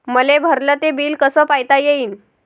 मले भरल ते बिल कस पायता येईन?